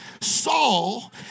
Saul